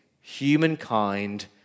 humankind